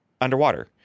Underwater